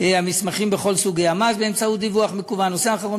המסמכים בכל סוגי המס בדיווח מקוון.